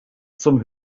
zum